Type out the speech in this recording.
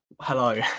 hello